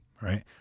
Right